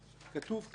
כתוב פה: